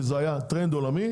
כי זה היה טרנד עולמי,